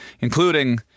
including